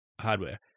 Hardware